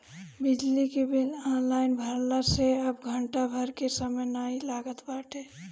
बिजली के bill online भरला से अब घंटा भर के समय नाइ लागत बाटे